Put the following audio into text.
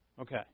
Okay